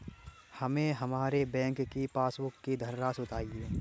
हमें हमारे बैंक की पासबुक की धन राशि बताइए